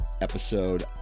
episode